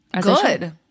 Good